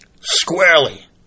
Squarely